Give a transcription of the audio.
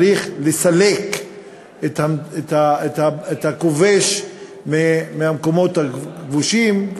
צריך לסלק את הכובש מהמקומות הכבושים,